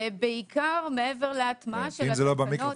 בעיקר מעבר להטמעה של התקנות